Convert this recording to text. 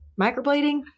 microblading